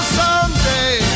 someday